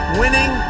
winning